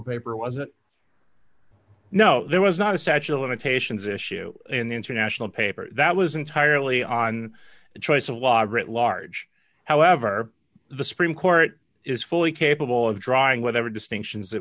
paper was it no there was not a statue of limitations issue in the international paper that was entirely on the choice of law writ large however the supreme court is fully capable of drawing whatever distinctions